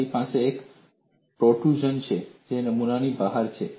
મારી પાસે એક પ્રોટ્રુઝન છે જે નમૂનાની બહાર છે